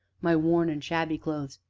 my worn and shabby clothes,